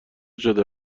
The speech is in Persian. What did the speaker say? شده